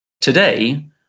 today